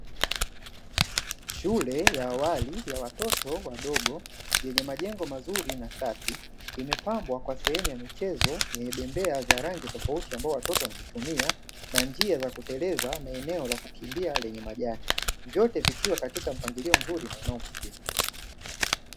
Shule ya awali ya watoto wadogo yenye majengo mazuri na safi imepambwa kwa sehemu za michezo yenye bembea za rangi tofauti, ambao watoto wanaitumia na njia za kuteleza na eneo la kukimbia lenye majani. Vyote vikiwa katika mpangilio nzuri na unaovutia.